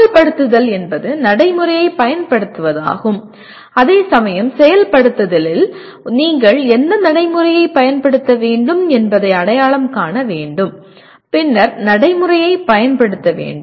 அமல்படுத்துதல் என்பது நடைமுறையைப் பயன்படுத்துவதாகும் அதேசமயம் செயல்படுத்துதலில் நீங்கள் எந்த நடைமுறையைப் பயன்படுத்த வேண்டும் என்பதை அடையாளம் காண வேண்டும் பின்னர் நடைமுறையைப் பயன்படுத்த வேண்டும்